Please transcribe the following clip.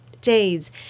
days